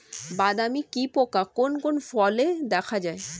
বাদামি কি পোকা কোন কোন ফলে দেখা যায়?